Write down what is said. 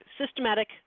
systematic